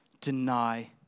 deny